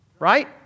Right